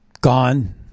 gone